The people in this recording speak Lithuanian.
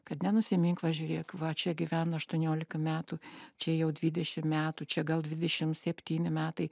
kad nenusimink va žiūrėk va čia gyvena aštuoniolika metų čia jau dvidešim metų čia gal dvidešim septyni metai